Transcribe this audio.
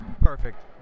Perfect